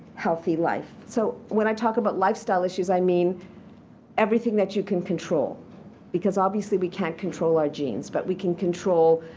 healthy life. so when i talk about lifestyle issues, i mean everything that you can control because obviously we can't control our genes. but we can control